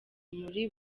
muri